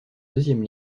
deuxième